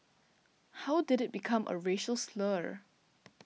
how did it become a racial slur